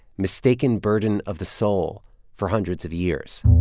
mistaken burden of the soul for hundreds of years.